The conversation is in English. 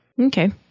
Okay